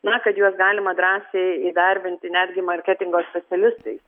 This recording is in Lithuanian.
na kad juos galima drąsiai įdarbinti netgi marketingo specialistais